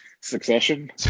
Succession